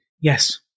Yes